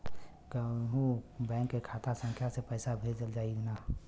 कौन्हू बैंक के खाता संख्या से पैसा भेजा जाई न?